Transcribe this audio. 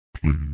please